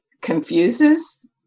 confuses